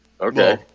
Okay